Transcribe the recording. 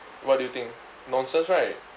what do you think nonsense right